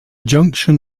junction